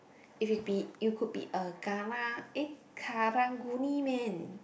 if you be you could be a karang~ eh Karang-Guni man